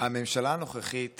הממשלה הנוכחית